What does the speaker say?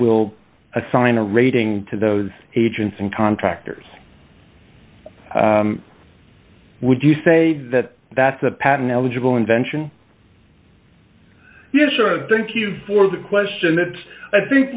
will assign a rating to those agents and contractors would you say that that's a pattern eligible invention yes sure thank you for the question that i think